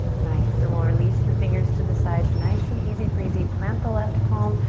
nice, then we'll release the fingers to the sides. nice and easy breezy. plant the left palm,